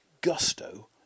gusto